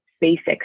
basics